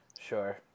Sure